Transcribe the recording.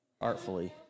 artfully